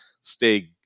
stay